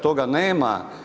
Toga nema.